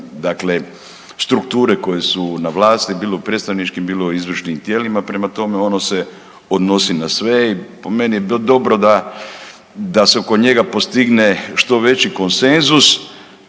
dakle strukture koje su na vlasti bilo u predstavničkim, bilo u izvršnim tijelima, prema tome ono se odnosi na sve i po meni bi bilo dobro da se oko njega postigne što veći konsenzus